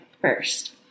first